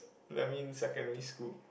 that means secondary school